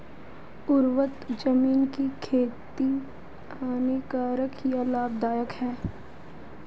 उर्वरक ज़मीन की खातिर हानिकारक है या लाभदायक है?